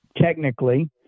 Technically